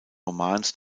romans